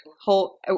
whole